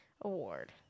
award